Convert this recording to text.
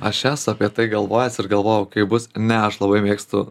aš esu apie tai galvojęs ir galvojau kaip bus ne aš labai mėgstu